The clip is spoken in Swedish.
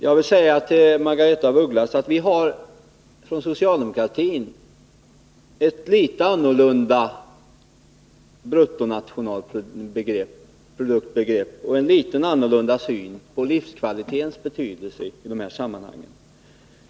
Jag vill säga till Margaretha af Ugglas att vi socialdemokrater har ett annorlunda bruttonationalproduktsbegrepp och en litet annorlunda syn på livskvalitetens betydelse i de här sammanhangen.